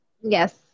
Yes